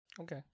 Okay